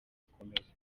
bikomeza